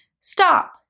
stop